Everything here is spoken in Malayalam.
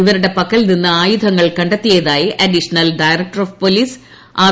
ഇവരുടെ പക്കൽ നിന്ന് ആയുധങ്ങൾ കണ്ടെത്തിയതായി additional director of police R